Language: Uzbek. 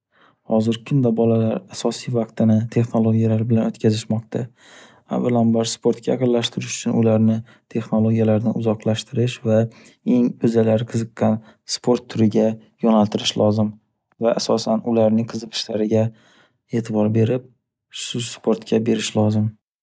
Hozirgi kunda bolalar asosiy vaqtini texnologiyalar bilan o'tkazishmoqda. Avvalambor sportga yaqinlashtirish uchun ularni texnologiyalardan uzoqlashtirish va eng o'zalari qiziqqan sport turiga yo'naltirish lozim va asosan ularning qiziqishlariga e'tibor berib, shu sportga berish lozim.